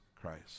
Christ